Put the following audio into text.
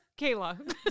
Kayla